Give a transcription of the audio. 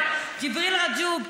ג'יבריל רג'וב.